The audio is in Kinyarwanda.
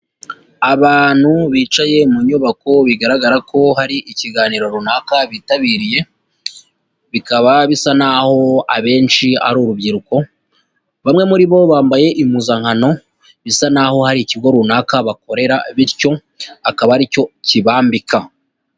Abantu bicaye mu nyubako bigaragara ko hari ikiganiro runaka bitabiriye, bikaba bisa naho abenshi ari urubyiruko, bamwe muri bo bambaye impuzankano bisa naho hari ikigo runaka bakorera bityo akaba ari cyo kibambika.